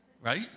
right